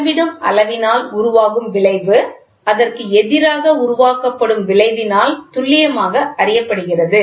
அளவிடும் அளவினால் உருவாகும் விளைவு அதற்கு எதிராக உருவாக்கப்படும் விளைவினால் துல்லியமாக அறியப்படுகிறது